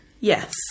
Yes